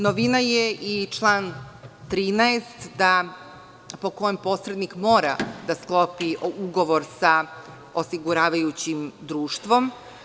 Novina je i član 13. po kojem posrednik mora da sklopi ugovor sa osiguravajućim društvom.